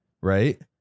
Right